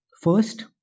First